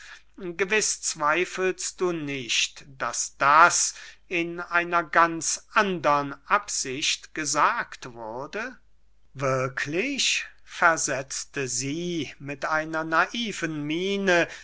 gewiß zweifelst du nicht daß das in einer ganz andern absicht gesagt wurde wirklich versetzte sie mit einer naiven miene